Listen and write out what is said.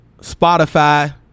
Spotify